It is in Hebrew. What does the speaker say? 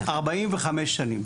45 שנים,